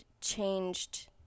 changed